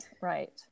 Right